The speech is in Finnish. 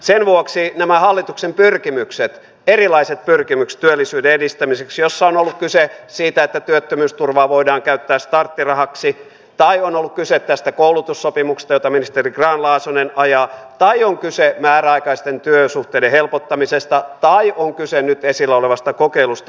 sen vuoksi ovat nämä hallituksen erilaiset pyrkimykset työllisyyden edistämiseksi joissa on ollut kyse siitä että työttömyysturvaa voidaan käyttää starttirahaksi tai on ollut kyse tästä koulutussopimuksesta jota ministeri grahn laasonen ajaa tai määräaikaisten työsuhteiden helpottamisesta tai nyt esillä olevasta kokeilusta